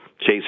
Chase